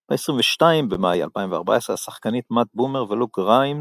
ב-22 במאי 2014 השחקנים מאט בומר ולוק גריימס